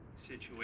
situation